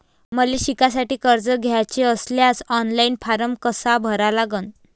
मले शिकासाठी कर्ज घ्याचे असल्यास ऑनलाईन फारम कसा भरा लागन?